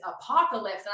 apocalypse